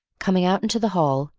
coming out into the hall,